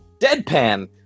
deadpan